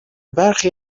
برخی